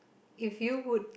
if you would